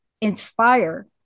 inspire